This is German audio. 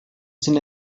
sind